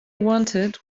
wanted